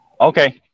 Okay